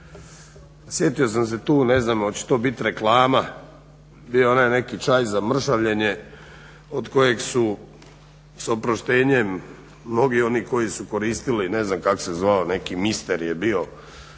sjetio sam se tu ne znam oče to bit reklama, bio je onaj neki čaj za mršavljenje od kojeg su sa proštenjem mnogi oni koji su koristili, ne znam kako se zvao neki mister je bio,